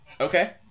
Okay